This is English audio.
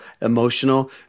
emotional